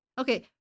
Okay